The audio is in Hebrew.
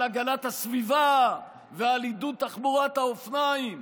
הגנת הסביבה ועל עידוד תחבורת האופניים,